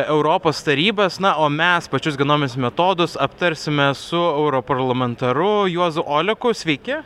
europos tarybos na o mes pačius genominius metodus aptarsime su europarlamentaru juozu oleku sveiki